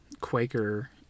Quaker